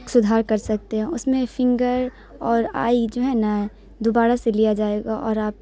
سدھار کر سکتے ہیں اس میں فنگر اور آئی جو ہیں نا دوبارہ سے لیا جائے گا اور آپ